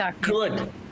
good